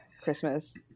Christmas